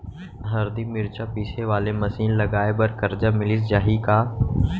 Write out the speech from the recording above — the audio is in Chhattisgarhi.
हरदी, मिरचा पीसे वाले मशीन लगाए बर करजा मिलिस जाही का?